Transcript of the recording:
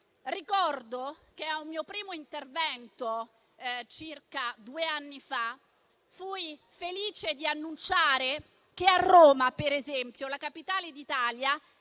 Ricordo che a un mio primo intervento circa due anni fa fui felice di annunciare che a Roma, per esempio, la Capitale d'Italia,